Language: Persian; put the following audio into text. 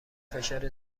فشار